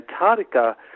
Antarctica